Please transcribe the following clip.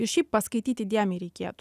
ir šiaip paskaityt įdėmiai reikėtų